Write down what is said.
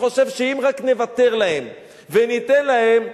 שחושב שאם רק נוותר להם וניתן להם,